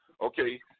Okay